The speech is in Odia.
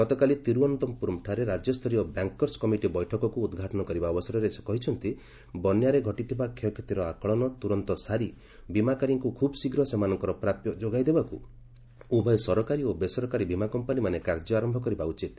ଗତକାଲି ତିରୁଅନନ୍ତପୁରମ୍ଠାରେ ରାଜ୍ୟସ୍ତରୀୟ ବ୍ୟାଙ୍କର୍ଷ କମିଟି ବୈଠକକୁ ଉଦ୍ଘାଟନ କରିବା ଅବସରରେ ସେ କହିଛନ୍ତି ବନ୍ୟାରେ ଘଟିଥିବା କ୍ଷୟକ୍ଷତିର ଆକଳନ ତୂରନ୍ତ ସାରି ବିମାକାରୀଙ୍କୁ ଖୁବ୍ଶୀଘ୍ର ସେମାନଙ୍କର ପ୍ରାପ୍ୟ ଯୋଗାଇ ଦେବାକୁ ଉଭୟ ସରକାରୀ ଓ ବେସରକାରୀ ବିମା କମ୍ପାନୀମାନେ କାର୍ଯ୍ୟ ଆରମ୍ଭ କରିବା ଉଚିତ୍